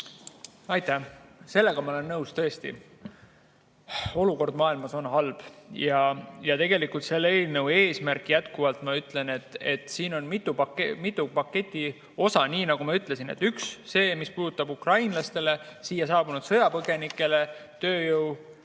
Aitäh! Sellega ma olen nõus, et olukord maailmas on halb. Ja tegelikult selle eelnõu eesmärke jätkuvalt [on mitu], siin on mitu paketi osa, nii nagu ma ütlesin. Üks on see, mis puudutab ukrainlastele, siia saabunud sõjapõgenikele töötamise